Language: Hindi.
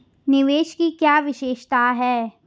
निवेश की क्या विशेषता है?